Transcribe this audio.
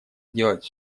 делать